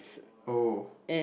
oh